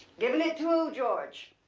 given it to who george?